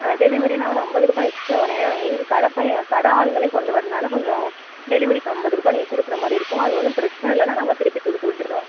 டெலிவரினா ஒரு ஐம்பதுரூபா எக்ஸ்ட்ரா வரும் ஏன்னா எங்கள் கடை பையன் கடை ஆளுங்களே கொண்டு வரதுனால கொஞ்சம் டெலிவரிக்கு ஐம்பது ரூபா நீங்கள் கொடுக்குற மாதிரி இருக்கும் அது ஒன்றும் பிரச்சனை இல்லைனா நாங்கள் திருப்பி கொடுத்து விட்டுர்றோம்